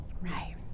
Right